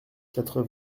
quatre